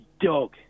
dog